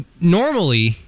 normally